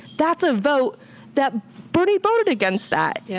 that's a vote that bernie voted against that. yeah